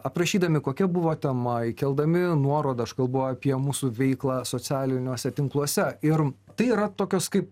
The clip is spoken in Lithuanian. aprašydami kokia buvo tema įkeldami nuorodą aš kalbu apie mūsų veiklą socialiniuose tinkluose ir tai yra tokios kaip